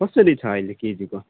कसरी छ अहिले केजिको